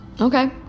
Okay